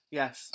yes